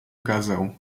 ukazał